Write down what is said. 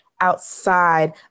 outside